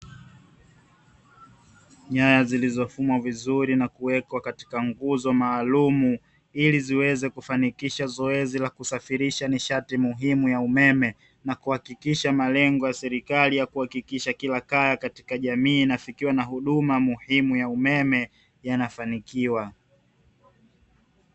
Nyaya zilizofumwa vizuri na kuwekwa katika nguzo maalumu, ili ziweze kufanikisha zoezi la kusafirisha nishati muhimu ya umeme, na kuhakikisha malengo ya serikali ya kuhakikisha kila kaya katika jamii, inafikiwa na huduma muhimu ya umeme yanafanikiwa.